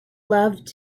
loved